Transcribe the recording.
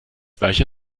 gleiche